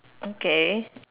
okay